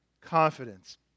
confidence